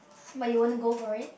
but you wouldn't go for it